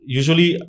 usually